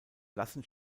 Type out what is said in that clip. lassen